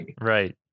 Right